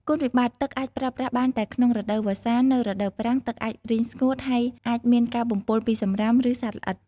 គុណវិបត្តិ ទឹកអាចប្រើប្រាស់បានតែក្នុងរដូវវស្សា។ នៅរដូវប្រាំង ទឹកអាចរីងស្ងួត ហើយអាចមានការបំពុលពីសំរាម ឬសត្វល្អិត។